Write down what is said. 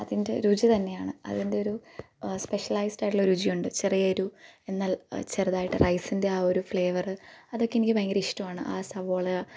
അതിൻ്റെ രുചി തന്നെയാണ് അതിൻ്റെ ഒരു സ്പെഷ്യലൈസ്ഡായിട്ടുള്ള രുചിയുണ്ട് ചെറിയൊരു എന്നാൽ ചെറുതായിട്ട് റൈസിൻ്റെ ആ ഒരു ഫ്ലേവറ് അതൊക്കെ എനിക്ക് ഭയങ്കര ഇഷ്ടമാണ് ആ സവോള